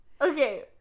Okay